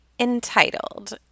entitled